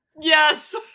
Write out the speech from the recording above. Yes